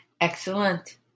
Excellent